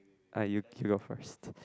uh you you go first